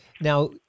Now